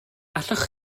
allwch